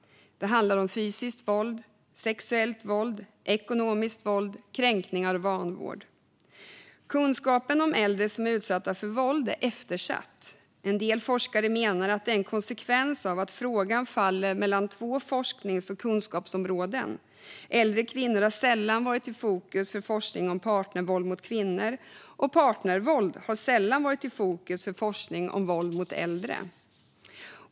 Det handlar om fysiskt våld, sexuellt våld, ekonomiskt våld, kränkningar och vanvård. Kunskapen om äldre som är utsatta för våld är eftersatt. En del forskare menar att det är en konsekvens av att frågan faller mellan två forsknings och kunskapsområden. Äldre kvinnor har sällan varit i fokus för forskningen om partnervåld mot kvinnor, och partnervåld har sällan varit i fokus för forskning om våld mot äldre.